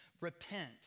repent